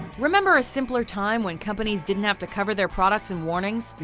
remember a simpler time, when companies didn't have to cover their products and warnings?